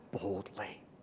boldly